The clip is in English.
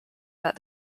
that